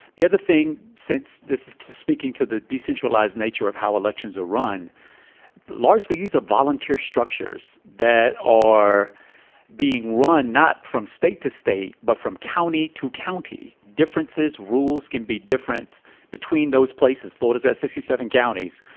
the other thing since this is to speaking to the decentralized nature of how elections are run largely is a volunteer structures that are being run not from state to state, but from county to county differences. rules can be difference between those places. lauder's as sixty seven counties.